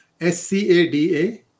S-C-A-D-A